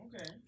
Okay